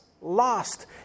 lost